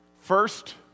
First